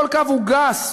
כל קו הוא גס,